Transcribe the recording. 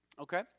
Okay